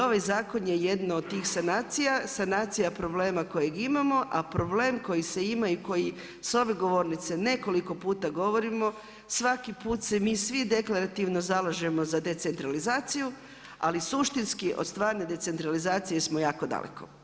I ovaj zakon je jedan od tih sanacija, sanacija problema kojeg imamo a problem koji se ima i koji s ove govornice nekoliko govorimo, svaki put se mi svi deklarativno zalažemo za decentralizaciju ali suštinski od stvarne decentralizacije smo jako daleko.